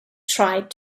tried